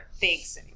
thanks